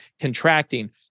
contracting